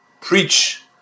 preach